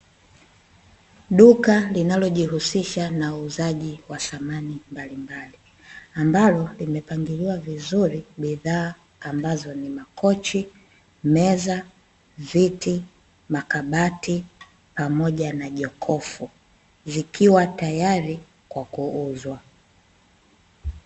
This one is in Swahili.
Duka linalojihusisha na wauzaji wa samani mbalimbali, ambalo zimepangiliwa vizuri bidhaa ambazo ni makochi, meza, viti, makabati pamoja na jokofu, zikiwa tayari kwa kuuzwa.